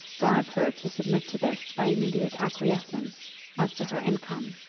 bribe her to submit to this by immediate acquiescence as to her income.